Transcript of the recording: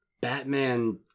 Batman